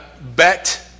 bet